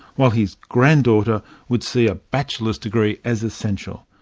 while his granddaughter would see a bachelors degree as essential.